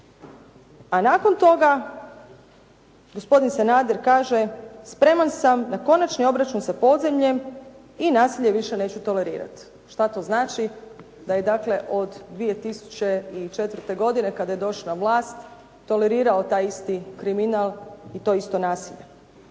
a nakon toga gospodin Sanader kaže: "Spreman sam na konačni obračun sa podzemljem i nasilje više neću tolerirati." Što to znači? Da je dakle od 2004. godine kada je došao na vlast tolerirao taj isti kriminal i to isto nasilje.